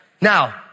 Now